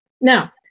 Now